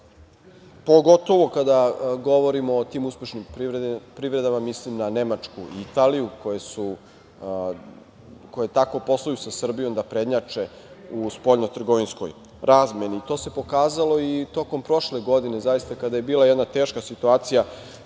uniji. Pogotovo kada govorimo o tim uspešnim privredama mislim na Nemačku i Italiju, koje tako posluju sa Srbijom da prednjače u spoljnotrgovinskoj razmeni. To se pokazalo i tokom prošle godine zaista, kada je bila jedna teška situacija